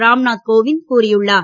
ராம்நாத் கோவிந்த் கூறியுள்ளார்